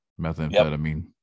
methamphetamine